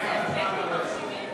איזה אפקטים מרשימים.